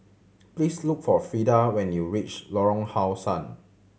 please look for Frida when you reach Lorong How Sun